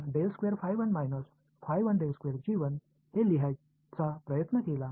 எனவே நான் இதை எழுத முயற்சித்தால் இதைப் பார்த்தால் நான் எதை எழுதுவேன் என்பதற்கு சமமாக இதை எழுதலாம்